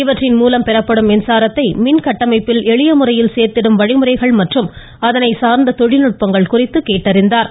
இவற்றின் மூலம் பெறப்படும் மின்சாரத்தை மின் கட்டமைப்பில் எளிய முறையில் சேர்த்திடும் வழிமுறைகள் மற்றும் அதனைச்சாா்ந்த தொழில்நுட்பங்கள் குறித்து கேட்டறிந்தாா்